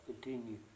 continue